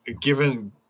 given